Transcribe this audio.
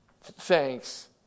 Thanks